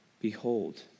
Behold